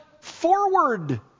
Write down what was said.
forward